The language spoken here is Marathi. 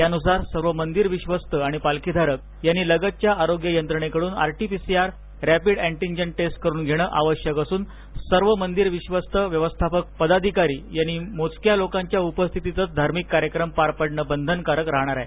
त्यानुसार सर्व मंदिर विश्वस्त आणि पालखीधारक यांनी लगतच्या आरोग्य यंत्रणेकडून आरटीपीसीआर रॅपिड अँटिजेन चाचणी करुन घेणं आवश्यक असून सर्व मंदिर विश्वस्त व्यवस्थापक पदाधिकारी यांनी मोजक्या लोकांच्या उपस्थितीतच धार्मिक कार्यक्रम पार पाडण बंधनकारक राहणार आहे